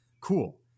Cool